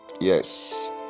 Yes